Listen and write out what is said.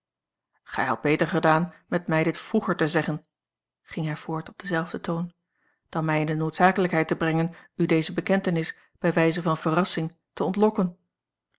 gij hadt beter gedaan met mij dit vroeger te zeggen ging hij voort op denzelfden toon dan mij in de noodzakelijkheid te brengen u deze bekentenis bij wijze van verrassing te ontlokken